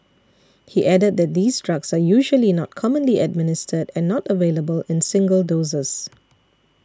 he added that these drugs are usually not commonly administered and not available in single doses